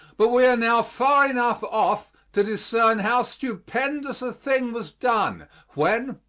but we are now far enough off to discern how stupendous a thing was done when,